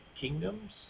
Kingdoms